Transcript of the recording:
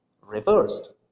reversed